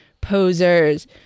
posers